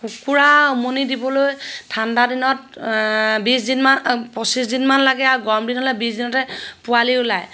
কুকুৰা উমনি দিবলৈ ঠাণ্ডা দিনত বিছ দিনমান পঁচিছ দিনমান লাগে আৰু গৰম দিন হ'লে বিছ দিনতে পোৱালি ওলায়